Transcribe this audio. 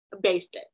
basic